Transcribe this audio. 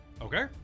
Okay